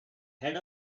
head